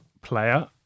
player